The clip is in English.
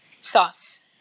sauce